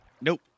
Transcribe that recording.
nope